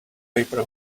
paper